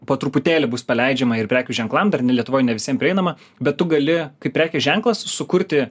po truputėlį bus paleidžiama ir prekių ženklam dar ne lietuvoj ne visiem prieinama bet tu gali kaip prekės ženklas sukurti